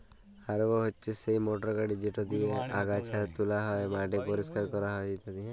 harrow হছে সেই motor গাড়ি যেট দিঁয়ে আগাছা তুলা হ্যয়, মাটি পরিষ্কার ক্যরা হ্যয় ইত্যাদি